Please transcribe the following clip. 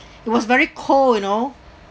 it was very cold you know